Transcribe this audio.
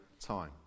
time